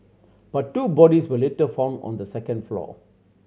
but two bodies were later found on the second floor